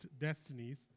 destinies